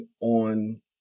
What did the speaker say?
on